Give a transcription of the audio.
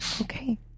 Okay